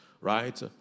right